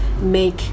make